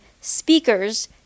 speakers